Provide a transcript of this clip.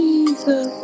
Jesus